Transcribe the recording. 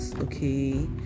okay